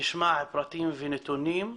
נשמע פרטים ונתונים,